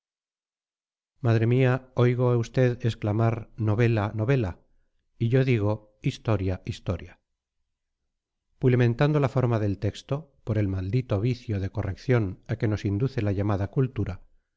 madre mía oigo a usted exclamar novela novela y yo digo historia historia pulimentando la forma del texto por el maldito vicio de corrección a que nos induce la llamada cultura